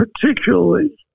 particularly